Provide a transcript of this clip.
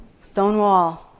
Stonewall